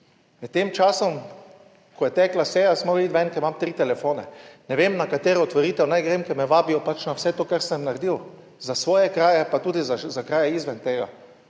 Med tem časom, ko je tekla seja, se moral iti ven, ker imam tri telefone, ne vem na katero otvoritev naj grem, ker me vabijo pač na vse to, kar sem naredil za svoje kraje, pa tudi za kraje izven tega.